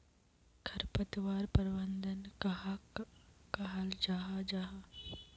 खरपतवार प्रबंधन कहाक कहाल जाहा जाहा?